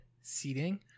seating